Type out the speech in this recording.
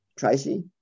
Tracy